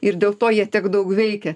ir dėl to jie tiek daug veikia